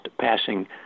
passing